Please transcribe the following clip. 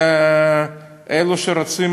לאלו שרוצים